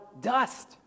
dust